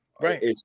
Right